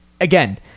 Again